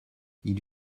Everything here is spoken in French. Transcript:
ils